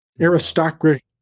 Aristocracy